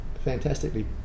fantastically